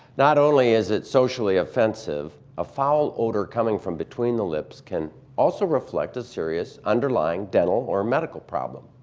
not only is it socially offensive, a foul odor coming from between the lips can also reflect a serious underlying dental or medical problem.